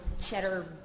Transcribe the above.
cheddar